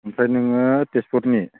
ओमफ्राय नोङो तेजपुरनि